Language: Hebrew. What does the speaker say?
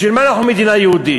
בשביל מה אנחנו מדינה יהודית?